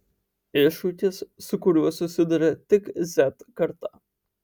iššūkis su kuriuo susiduria tik z karta